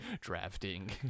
drafting